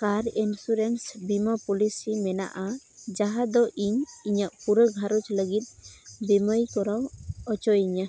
ᱠᱟᱨ insurance ᱵᱤᱢᱟ policy ᱢᱮᱱᱟᱜᱼᱟ ᱡᱟᱦᱟᱸ ᱫᱚ ᱤᱧ ᱤᱧᱟᱹᱜ ᱯᱩᱨᱟᱹ ᱜᱷᱟᱨᱚᱸᱡᱽ ᱞᱟᱹᱜᱤᱫ ᱵᱤᱢᱟᱹᱭ ᱠᱚᱨᱟᱣ ᱦᱚᱪᱚᱭᱤᱧᱟᱹ